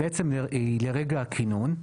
היא לרגע הכינון,